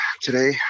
today